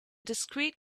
discrete